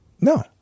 No